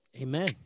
Amen